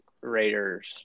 Raiders